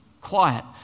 quiet